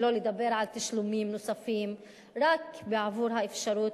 שלא לדבר על תשלומים נוספים רק בעבור האפשרות